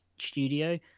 studio